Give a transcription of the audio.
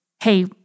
Hey